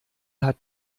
hat